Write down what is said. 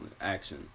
action